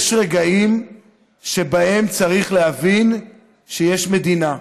יש רגעים שבהם צריך להבין שיש מדינה,